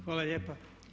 Hvala lijepa.